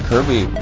Kirby